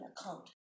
account